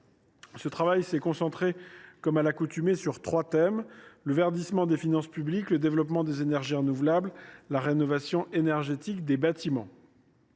ce travail s’est concentré sur trois thèmes : le verdissement des finances publiques, le développement des énergies renouvelables et la rénovation énergétique des bâtiments.